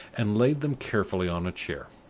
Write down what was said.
and laid them carefully on a chair.